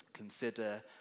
Consider